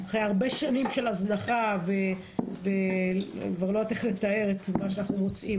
אחרי הרבה שנים של הזנחה וכבר לא יודעת איך לתאר את מה שאנחנו מוצאים